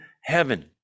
heaven